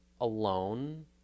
alone